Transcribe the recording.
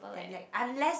that lack unless